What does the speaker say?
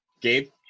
Gabe